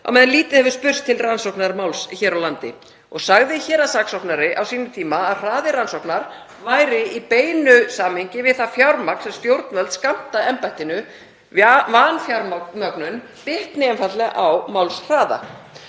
á meðan lítið hefur spurst til rannsóknar máls hér á landi. Sagði héraðssaksóknari á sínum tíma að hraði rannsóknar væri í beinu samhengi við það fjármagn sem stjórnvöld skammta embættinu, vanfjármögnun bitni einfaldlega á málshraða.